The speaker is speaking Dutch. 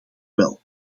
wel